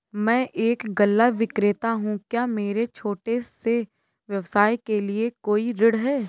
मैं एक गल्ला विक्रेता हूँ क्या मेरे छोटे से व्यवसाय के लिए कोई ऋण है?